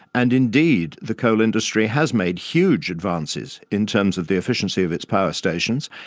and indeed, the coal industry has made huge advances in terms of the efficiency of its power stations.